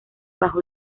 bajo